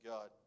God